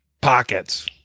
pockets